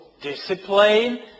discipline